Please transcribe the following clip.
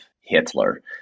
Hitler